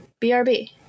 brb